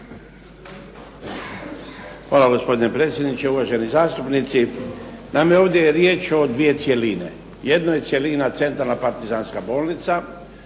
vam gospodine potpredsjedniče. Uvaženi zastupnici. Naime, ovdje je riječ o dvije cjeline. Jedan je cjelina na centralna Partizanska bolnica